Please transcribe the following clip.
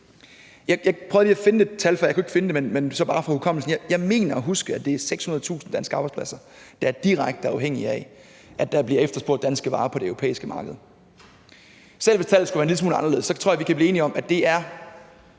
mener jeg at huske, at det er 600.000 danske arbejdspladser, der er direkte afhængige af, at der bliver efterspurgt danske varer på det europæiske marked. Selv hvis tallet skulle være en lille smule anderledes, tror jeg, vi kan blive enige om, at det er